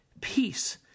peace